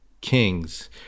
Kings